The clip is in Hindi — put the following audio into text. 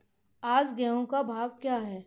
आज गेहूँ का भाव क्या है?